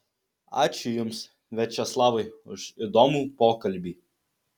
ačiū jums viačeslavai už įdomų pokalbį